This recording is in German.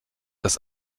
das